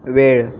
वेळ